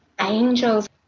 angels